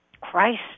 Christ